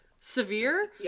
Severe